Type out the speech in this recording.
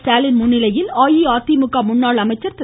ஸ்டாலின் முன்னிலையில் அஇஅதிமுக முன்னாள் அமைச்சர் திரு